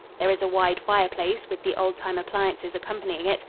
there is a wide fireplace with the old time appliances accompanying it,